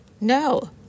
No